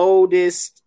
Oldest